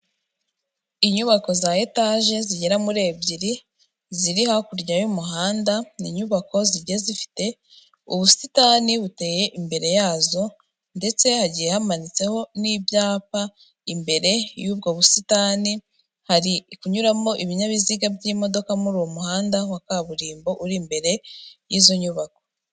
Inyubako za etaje zigera muri ebyiri ziri hakurya y'umuhanda, ni inyubako zigiye zifite ubusitani buteye imbere yazo ndetse hagiye hamanitseho n'ibyapa, imbere y'ubwo busitani hari kunyuramo ibinyabiziga by'imodoka muri uwo muhanda wa kaburimbo uri imbere y'izo nyubako.